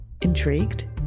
Intrigued